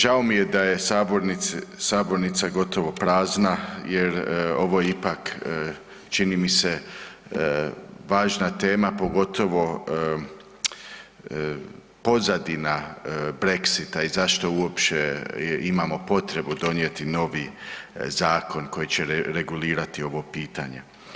Žao mi je da je sabornica gotovo prazna jer ovo je ipak, čini mi se, važna tema, pogotovo pozadina Brexita i zašto uopće imamo potrebu donijeti novi zakon koji će regulirati ovo pitanje.